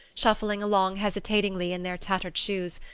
shuffling along hesitatingly in their tattered shoes,